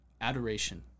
adoration